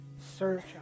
search